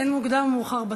אין מוקדם ומאוחר בתורה.